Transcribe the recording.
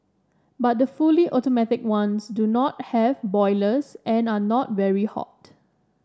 but the fully automatic ones do not have boilers and are not very hot